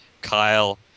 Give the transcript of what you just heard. Kyle